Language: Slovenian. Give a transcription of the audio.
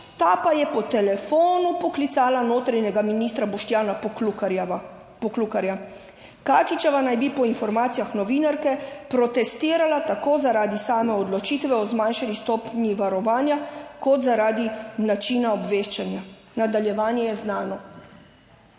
ta pa je po telefonu poklicala notranjega ministra Boštjana Poklukarja. Katičeva naj bi po informacijah novinarke protestirala tako zaradi same odločitve o zmanjšani stopnji varovanja, kot zaradi načina obveščanja. Nadaljevanje je znano.